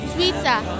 Twitter